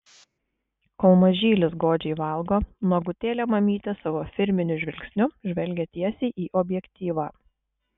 kol mažylis godžiai valgo nuogutėlė mamytė savo firminiu žvilgsniu žvelgia tiesiai į objektyvą